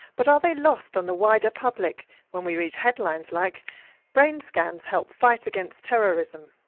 but are they lost on the wider public when we read headlines like brain scans help fight against terrorism?